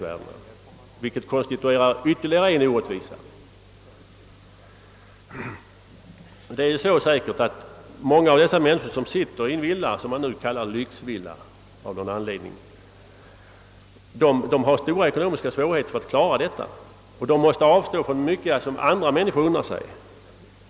Detta konstituerar ytterligare en orättvisa. Många av de människor som bor i en villa som man utan någon grundad anledning kallar lyxvilla har stora ekonomiska svårigheter för att klara denna bostad. De måste avstå från mycket som andra människor unnar sig.